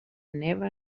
neva